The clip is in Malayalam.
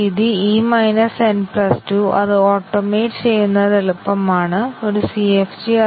ശാഖയുടെ ഫലം ശരിയും തെറ്റും തമ്മിൽ ടോഗിൾ ചെയ്യുന്നതിന്റെ ഫലം നിങ്ങൾക്ക് വിലയിരുത്താൻ കഴിയും